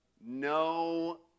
No